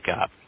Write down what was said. up